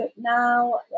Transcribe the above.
now